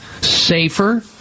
safer